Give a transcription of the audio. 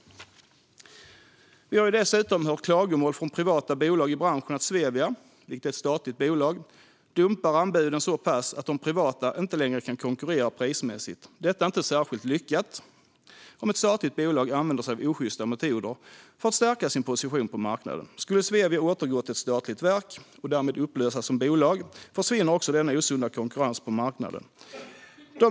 Vi har vidare hört klagomål från privata bolag i branschen att Svevia, vilket är ett statligt bolag, dumpar anbuden så pass att de privata inte längre kan konkurrera prismässigt. Det är inte särskilt lyckat om ett statligt bolag använder sig av osjysta metoder för att stärka sin position på marknaden. Om Svevia skulle återgå till att vara ett statligt verk, och därmed upplösas som bolag, skulle också denna osunda konkurrens på marknaden försvinna.